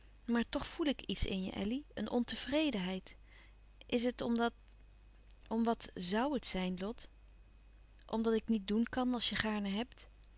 maar toch voel ik iets in je elly een ontevredenheid is het omdat om wat zoû het zijn lot omdat ik niet doen kan als je gaarne hebt